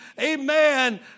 amen